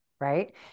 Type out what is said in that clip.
right